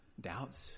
doubts